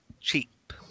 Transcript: cheap